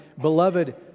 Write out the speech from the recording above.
beloved